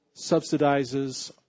subsidizes